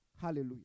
Hallelujah